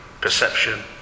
perception